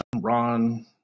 Ron